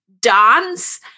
dance